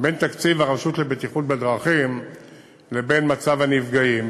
בין תקציב הרשות לבטיחות בדרכים לבין מצב הנפגעים.